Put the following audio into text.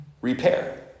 Repair